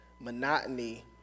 monotony